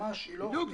בדיוק.